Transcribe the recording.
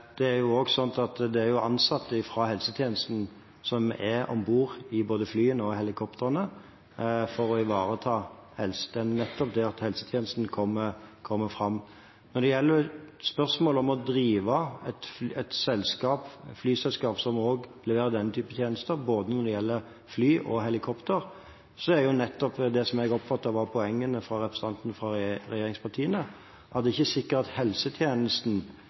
Det er også sånn at det er ansatte fra helsetjenesten som er om bord i både flyene og helikoptrene for å ivareta nettopp det at helsetjenesten kommer fram. Når det gjelder spørsmålet om å drive et flyselskap som også leverer denne typen tjenester med både fly og helikopter, oppfatter jeg at poenget til representantene fra regjeringspartiene var at det ikke er sikkert det er helsetjenesten som